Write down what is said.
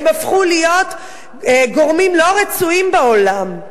הם הפכו להיות גורמים לא רצויים בעולם,